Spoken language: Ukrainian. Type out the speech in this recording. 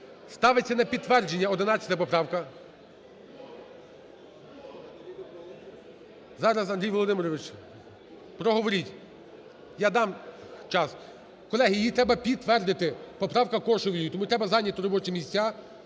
Ставиться на підтвердження 11 поправка. Зараз, Андрій Володимирович, проговоріть, я дам час. Колеги, її треба підтвердити, поправка Кошелєвої, тому треба зайняти робочі місця.